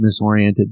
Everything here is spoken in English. misoriented